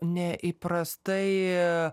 ne įprastai